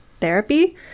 therapy